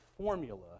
formula